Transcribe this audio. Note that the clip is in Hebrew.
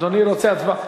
אדוני רוצה הצבעה?